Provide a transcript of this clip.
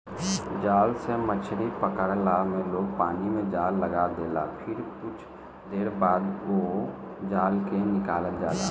जाल से मछरी पकड़ला में लोग पानी में जाल लगा देला फिर कुछ देर बाद ओ जाल के निकालल जाला